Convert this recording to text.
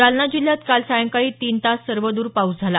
जालना जिल्ह्यात काल सायंकाळी तीन तास सर्वद्र पाऊस झाला